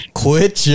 quit